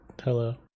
hello